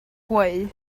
gweu